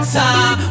time